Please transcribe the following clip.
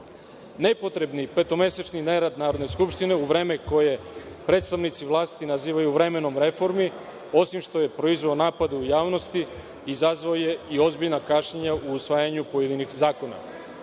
skupštine. Nepotrebni petomesečni nerad Narodne skupštine u vreme koje predstavnici vlasti nazivaju vremenom reformi, osim što je proizveo napad u javnosti, izazvao je i ozbiljna kašnjenja u usvajanju pojedinih zakona. Dakle,